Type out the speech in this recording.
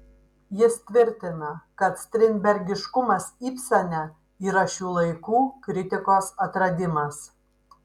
jis tvirtina kad strindbergiškumas ibsene yra šių laikų kritikos atradimas